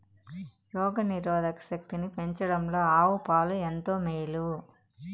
రోగ నిరోధక శక్తిని పెంచడంలో ఆవు పాలు ఎంతో మేలు